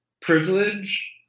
privilege